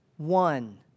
One